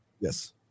Yes